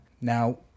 Now